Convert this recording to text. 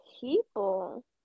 people